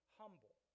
humble